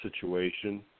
situation